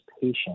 patient